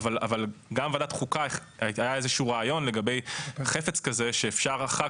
בוועדת חוקה היה רעיון לגבי חפץ כזה שאפשר אחר